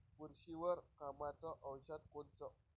बुरशीवर कामाचं औषध कोनचं?